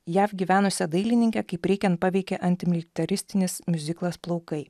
jav gyvenusią dailininkę kaip reikiant paveikė antimilitaristinis miuziklas plaukai